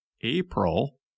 April